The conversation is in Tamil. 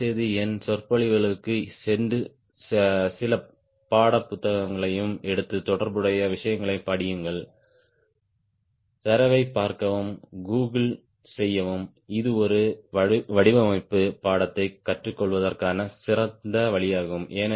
தயவுசெய்து எனது சொற்பொழிவுகளுக்குச் சென்று சில பாடப்புத்தகங்களையும் எடுத்து தொடர்புடைய விஷயங்களைப் படியுங்கள் தரவைப் பார்க்கவும் கூகிள் செய்யவும் இது ஒரு வடிவமைப்பு பாடத்தைக் கற்றுக்கொள்வதற்கான சிறந்த வழியாகும்